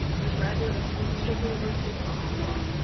and a graduate of florida state university college of law.